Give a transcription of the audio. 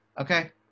Okay